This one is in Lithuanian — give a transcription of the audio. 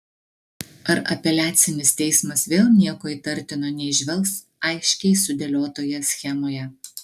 ar apeliacinis teismas vėl nieko įtartino neįžvelgs aiškiai sudėliotoje schemoje